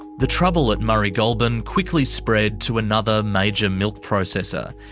the trouble at murray goulburn quickly spread to another major milk processor.